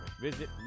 Visit